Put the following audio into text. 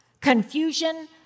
confusion